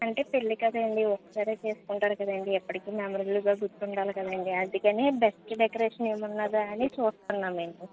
అంటే పెళ్లి కదా అండి ఒక్కసారే చేసుకుంటారు కదా అండి ఎప్పటికీ మెమరబుల్ గా గుర్తు ఉండాలి కదండి అందుకనే బెస్ట్ డెకరేషన్ ఏమి ఉన్నదా అని చూస్తున్నాము మేము